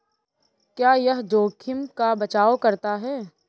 क्या यह जोखिम का बचाओ करता है?